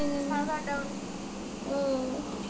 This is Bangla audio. মুলোর ভেতরে কালো পচন হলে কোন অনুখাদ্য দেবো?